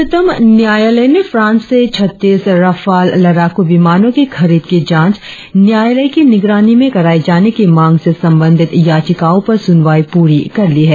उच्चतम न्यायलय ने फ्रांस से छत्तीस रफाल लड़ाकू विमानों की खरीद की जांच न्यायालय की निगरानी में कराए जाने की मांग से संबंधित याचिकाओं पर सुनवाई पूरी कर ली है